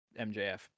mjf